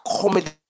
comedy